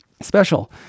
special